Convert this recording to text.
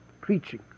preaching